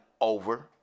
over